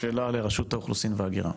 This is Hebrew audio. שאלה לרשות האוכלוסין וההגירה,